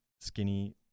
skinny